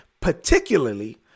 particularly